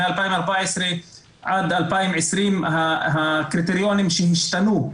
מ-2014 עד 2020 הקריטריונים שהשתנו,